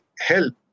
help